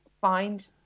find